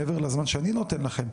מעבר לזמן שאני נותן לכם,